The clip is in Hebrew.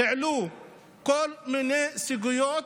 העלו כל מיני סוגיות,